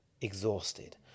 exhausted